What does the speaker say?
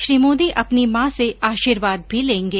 श्री मोदी अपनी मां से आर्शीवाद भी लेंगे